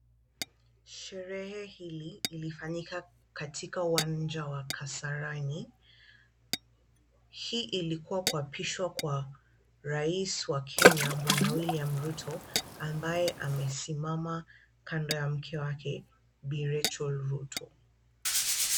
Sherehe hili lilifanyika katika uwanja wa Kasarani. Hii ilikuwa kuapishwa kwa rais wa Kenya bwana William Ruto, ambaye amesimama kando ya mke wake Bi. Rachel Ruto.